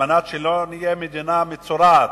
כדי שלא נהיה מדינה מצורעת,